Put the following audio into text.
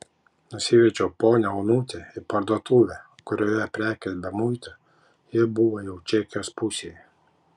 nusivedžiau ponią onutę į parduotuvę kurioje prekės be muito ji buvo jau čekijos pusėje